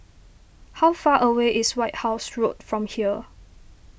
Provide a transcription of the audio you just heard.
how far away is White House Road from here